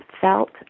felt